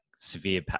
Severe